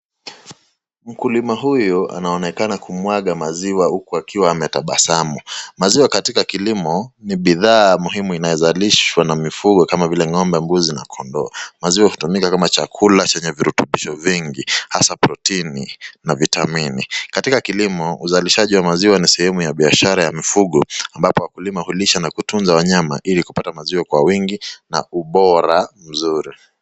Mkulima huyo anaonekana kumwaga maziwa huku akiwa ametabasamu. Maziwa katika kilimo ni bidhaa muhimu inaweza lishwa mifugo kama vile ngombe, mbuzi na kondoo. Maziwa utumika kama chakula chenye virutupisho vingi hasa protini na vitamini. Katika kilimo uzalishaji wa mazima ni sehemu ya biashara ya mifugo ambapo wakulima ulisha na kutunza wa nyama ili kupata maziwa kwa wingi na ubora mzuri.